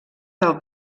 del